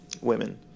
women